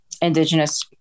indigenous